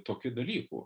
tokių dalykų